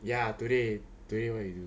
ya today today